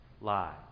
lie